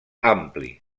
ampli